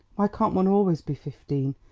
why can't one always be fifteen,